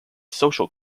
social